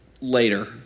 later